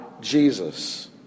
Jesus